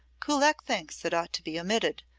kullak thinks it ought to be omitted,